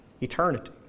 eternity